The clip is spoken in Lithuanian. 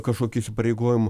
kažkokių įsipareigojimų